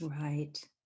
Right